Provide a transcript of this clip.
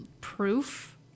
proof